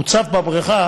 הוא צף בבריכה,